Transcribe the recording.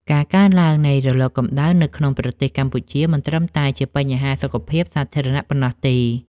ការកើនឡើងនៃរលកកម្ដៅនៅក្នុងប្រទេសកម្ពុជា មិនត្រឹមតែជាបញ្ហាសុខភាពសាធារណៈប៉ុណ្ណោះទេ។